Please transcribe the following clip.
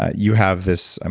ah you have this. and